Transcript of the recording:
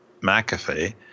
McAfee